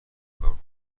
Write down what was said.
کارو